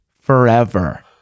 forever